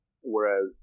Whereas